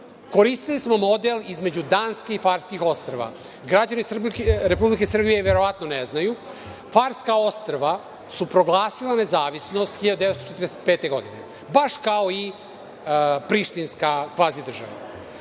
Koristili smo model između Danske i Farskih Ostrva. Građani Republike Srbije verovatno ne znaju, Farska Ostrva su proglasila nezavisnost 1945. godine, baš kao i prištinska kvazi država.